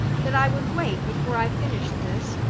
that i would wait before i finished this,